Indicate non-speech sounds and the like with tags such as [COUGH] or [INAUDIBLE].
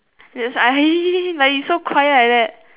[LAUGHS] like you so quiet like that